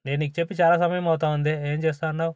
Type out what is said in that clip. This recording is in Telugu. నేను నీకు చెప్పి చాలా సమయం అవుతా ఉంది ఏమి చేస్తా ఉన్నావు